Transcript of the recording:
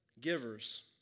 givers